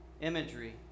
imagery